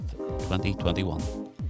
2021